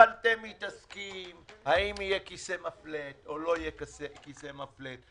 אבל אתם מתעסקים בשאלה האם יהיה כיסא מפלט או לא יהיה כיסא מפלט.